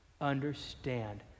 understand